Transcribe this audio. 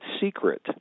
secret